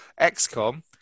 XCOM